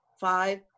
five